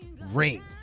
ring